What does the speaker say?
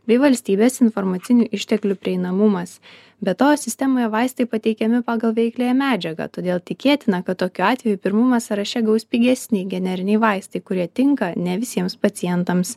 bei valstybės informacinių išteklių prieinamumas be to sistemoje vaistai pateikiami pagal veikliąją medžiagą todėl tikėtina kad tokiu atveju pirmumą sąraše gaus pigesni generiniai vaistai kurie tinka ne visiems pacientams